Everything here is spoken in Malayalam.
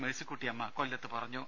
മേഴ്സിക്കുട്ടിയമ്മ കൊല്ലത്ത് പറഞ്ഞു